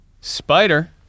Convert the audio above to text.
spider